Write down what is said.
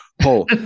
Paul